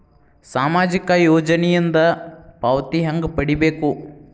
ಸಾಮಾಜಿಕ ಯೋಜನಿಯಿಂದ ಪಾವತಿ ಹೆಂಗ್ ಪಡಿಬೇಕು?